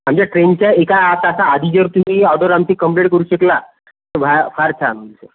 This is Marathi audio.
आमच्या ट्रेनच्या एका तासाआधी जर तुम्ही ही ऑर्डर आमची कंप्लीट करू शकला तर भा फार छान होईल सर